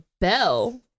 bell